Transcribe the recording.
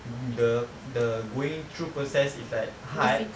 the the going through process is like hard